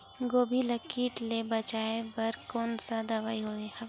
गोभी ल कीट ले बचाय बर कोन सा दवाई हवे?